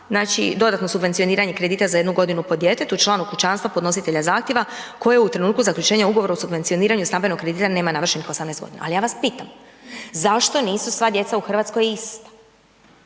znači dodatno subvencioniranje kredita za jednu godinu po djetetu, članu kućanstva, podnositelja zahtjeva koji u trenutku zaključenja ugovora u subvencioniranju stambenog kredita nema navršenih 18 g. ali ja vas pitam, zašto nisu sva djeca u Hrvatskoj ista?